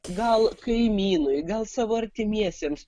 gal kaimynui gal savo artimiesiems